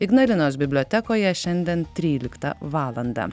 ignalinos bibliotekoje šiandien tryliktą valandą